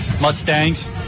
Mustangs